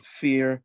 fear